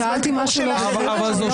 שאלתי משהו לא בסדר?